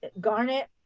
garnet